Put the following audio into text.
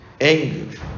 anger